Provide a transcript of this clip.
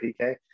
PK